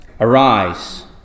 arise